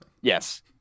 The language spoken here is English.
Yes